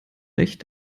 recht